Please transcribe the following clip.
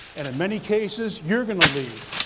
and in many cases, you're going to lead.